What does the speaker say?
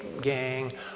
gang